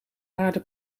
aarde